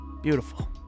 beautiful